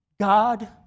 God